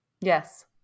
Yes